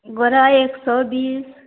गरइ एक सए बीस